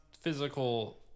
physical